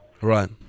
right